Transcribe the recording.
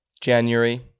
January